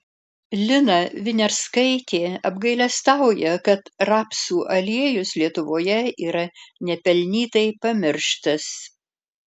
lina viniarskaitė apgailestauja kad rapsų aliejus lietuvoje yra nepelnytai pamirštas